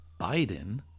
Biden